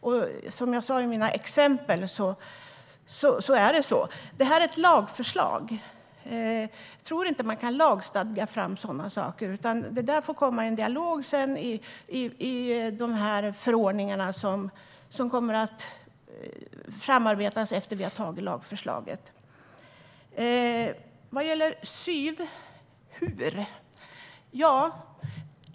Jag visade med mina exempel att det är så. Det här är ett lagförslag, men jag tror inte att det går att lagstadga fram sådana saker. Det får komma i en dialog i de förordningar som kommer att arbetas fram efter det att lagförslaget har antagits. Sedan var det frågan om hur SYV ska förbättras.